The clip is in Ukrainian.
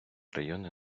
райони